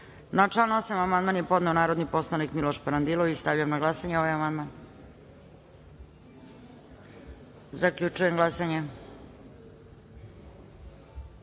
član 6. amandman je podneo narodni poslanik Miloš Parandilović. Stavljam na glasanje ovaj amandman. Zaključujem glasanje: